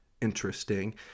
interesting